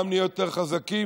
גם נהיה יותר חזקים,